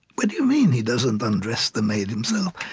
what do you mean, he doesn't undress the maid himself?